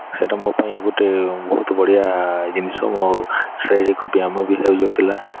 ସେଇଟା ମୋ ପାଇଁ ଗୋଟେ ବହୁତ ବଢ଼ିଆ ଜିନିଷ ମୋ ଶାରୀରିକ ବ୍ୟାୟାମ ବି ହେଇଯାଉଥିଲା